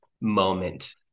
moment